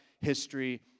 history